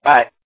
Bye